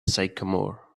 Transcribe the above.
sycamore